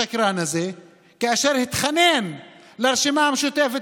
השקרן הזה: כאשר התחנן אל הרשימה המשותפת